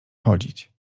chodzić